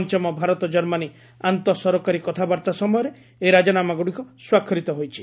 ପଞ୍ଚମ ଭାରତ ଜର୍ମାନୀ ଆନ୍ତଃସରକାରୀ କଥାବାର୍ତ୍ତା ସମୟରେ ଏହି ରାଜିନାମାଗୁଡ଼ିକ ସ୍ୱାକ୍ଷରିତ ହୋଇଛି